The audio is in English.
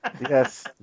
Yes